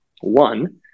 One